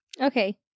Okay